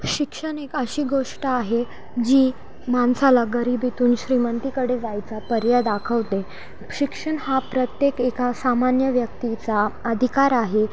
शिक्षण एक अशी गोष्ट आहे जी माणसाला गरीबीतून श्रीमंतीकडे जायचा पर्याय दाखवते शिक्षण हा प्रत्येक एका सामान्य व्यक्तीचा अधिकार आहे